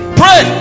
pray